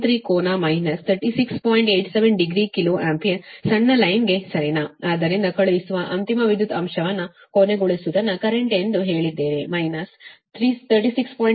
87 degree kilo ampere ಸಣ್ಣ line ಗೆ ಸರಿನಾ ಆದ್ದರಿಂದ ಕಳುಹಿಸುವ ಅಂತಿಮ ವಿದ್ಯುತ್ ಅಂಶವನ್ನು ಕೊನೆಗೊಳಿಸುವುದನ್ನು ಕರೆಂಟ್ ಎಂದು ಹೇಳಿದ್ದೇನೆ ಮೈನಸ್ 36